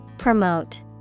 Promote